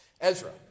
Ezra